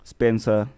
Spencer